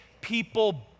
people